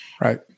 Right